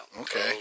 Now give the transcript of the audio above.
Okay